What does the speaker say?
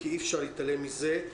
כי אי-אפשר להתעלם מזה,